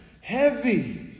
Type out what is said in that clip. heavy